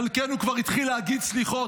חלקנו כבר התחיל להגיד סליחות.